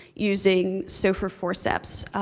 using sopher forceps,